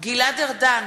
גלעד ארדן,